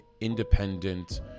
independent